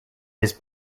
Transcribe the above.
his